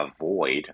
avoid